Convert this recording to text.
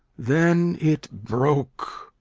then it broke,